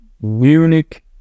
Munich